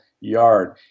yard